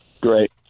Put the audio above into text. Great